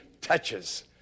touches